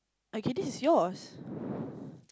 okay this is yours